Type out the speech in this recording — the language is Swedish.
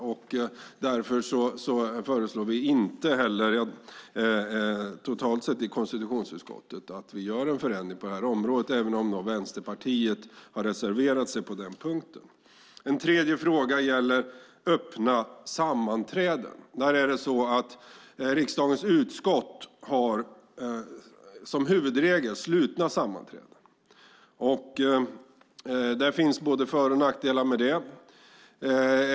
Mot den bakgrunden föreslår vi i konstitutionsutskottet totalt sett inte en förändring på området. Vänsterpartiet har reserverat sig på den punkten. Den tredje frågan gäller öppna sammanträden. Riksdagens utskott har som huvudregel slutna sammanträden. Det finns både fördelar och nackdelar med det.